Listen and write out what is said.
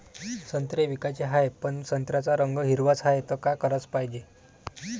संत्रे विकाचे हाये, पन संत्र्याचा रंग हिरवाच हाये, त का कराच पायजे?